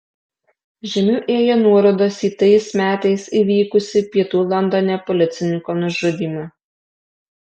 žemiau ėjo nuorodos į tais metais įvykusį pietų londone policininko nužudymą